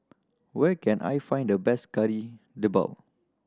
where can I find the best Kari Debal